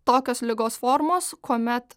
tokios ligos formos kuomet